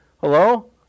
Hello